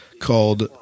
called